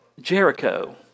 Jericho